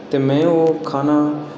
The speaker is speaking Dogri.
ते में ह् खाना